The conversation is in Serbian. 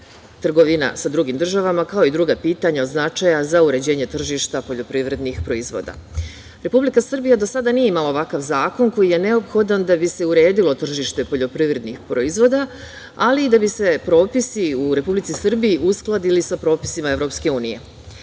trgovina sa drugim državama, kao i druga pitanja od značaja za uređenje tržišta poljoprivrednih proizvoda. Republika Srbija do sada nije imala ovakav zakon koji je neophodan da bi se uredilo tržište poljoprivrednih proizvoda, ali i da bi se propisi u Republici Srbiji uskladili sa propisima EU.Izgrađen